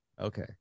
Okay